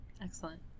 Excellent